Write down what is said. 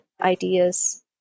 ideas